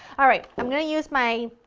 alright i'm going to use my